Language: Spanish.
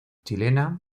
chilena